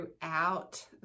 throughout